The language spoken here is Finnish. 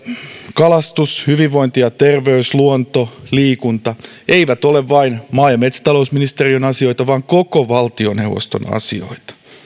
kalastus hyvinvointi ja terveys luonto liikunta eivät ole vain maa ja metsätalousministeriön asioita vaan koko valtioneuvoston asioita